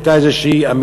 הייתה איזו אמירה,